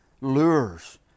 lures